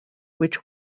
which